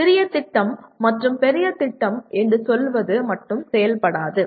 சிறிய திட்டம் மற்றும் பெரிய திட்டம் என்று சொல்வது மட்டும் செயல்படாது